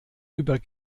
über